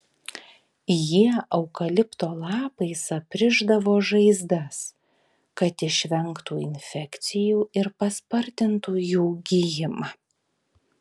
jie eukalipto lapais aprišdavo žaizdas kad išvengtų infekcijų ir paspartintų jų gijimą